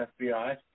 fbi